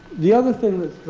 the other thing